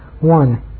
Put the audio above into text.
One